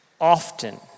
often